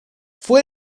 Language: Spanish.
fue